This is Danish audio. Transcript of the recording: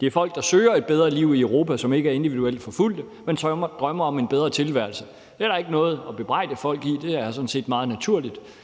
Det er folk, der søger et bedre liv i Europa, og som ikke er individuelt forfulgt, men som drømmer om en bedre tilværelse. Det er ikke noget, man kan bebrejde folk; det er sådan set meget naturligt.